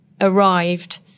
arrived